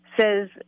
says